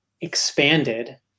expanded